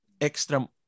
extra